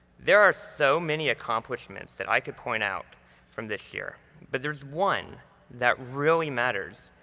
there are so many accomplishments that i could point out from this year but there's one that really matters.